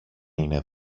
είναι